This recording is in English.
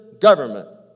government